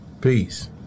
Peace